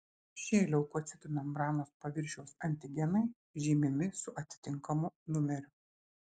šie leukocitų membranos paviršiaus antigenai žymimi su atitinkamu numeriu